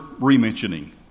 re-mentioning